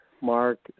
Mark